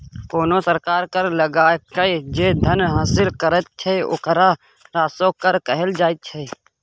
कोनो सरकार कर लगाकए जे धन हासिल करैत छै ओकरा राजस्व कर कहल जाइत छै